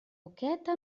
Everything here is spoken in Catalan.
boqueta